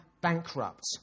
bankrupt